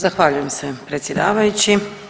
Zahvaljujem se predsjedavajući.